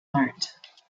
mart